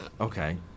Okay